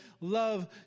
love